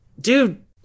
dude